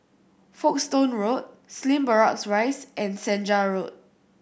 Folkestone Road Slim Barracks Rise and Senja Road